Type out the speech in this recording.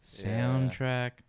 soundtrack